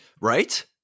Right